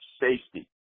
safety